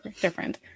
different